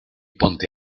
ponte